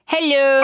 Hello